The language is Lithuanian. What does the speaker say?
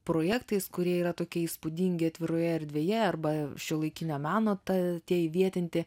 projektais kurie yra tokie įspūdingi atviroje erdvėje arba šiuolaikinio meno ta tie įvietinti